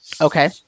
Okay